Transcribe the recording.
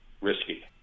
risky